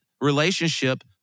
relationship